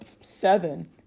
Seven